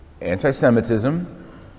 anti-Semitism